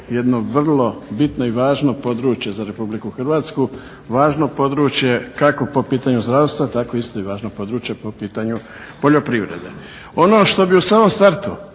jedno vrlo bitno i važno područje za Republiku Hrvatsku, važno područje kako po pitanju zdravstva, tako isto i važno područje po pitanju poljoprivrede. Ono što bih u samom startu